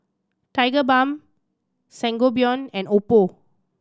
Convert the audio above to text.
Tigerbalm Sangobion and Oppo